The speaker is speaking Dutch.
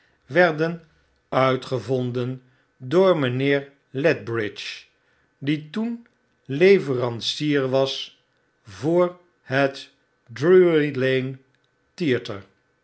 werden uitgevonden door mijnheer lethbridge die toen leverancier was voor het drury lane theater